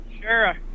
sure